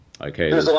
okay